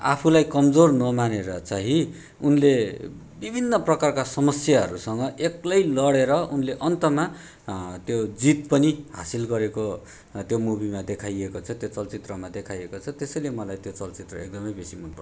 आफुलाई कमजोर नमानेर चाहिँ उनले विभिन्न प्रकारका समस्याहरूसँग एक्लै लडेर उनले अन्तमा त्यो जित पनि हासिल गरेको त्यो मुभीमा देखाइएको छ त्यो चलचित्रमा देखाइएको छ त्यसैले मलाई त्यो चलचित्र एकदमै बेसी मनपर्छ